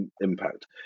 impact